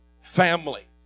family